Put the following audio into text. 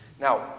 Now